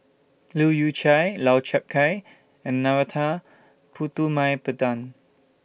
Leu Yew Chye Lau Chiap Khai and Narana Putumaippittan